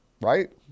right